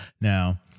Now